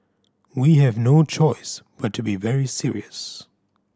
we have no choice but to be very serious